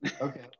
okay